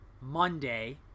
monday